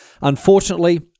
Unfortunately